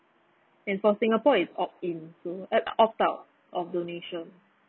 and for singapore is opt in so uh opt out of donation